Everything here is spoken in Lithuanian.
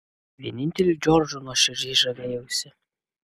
vieninteliu džordžu nuoširdžiai žavėjausi